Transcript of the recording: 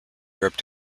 europe